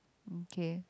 okay